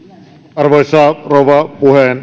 arvoisa rouva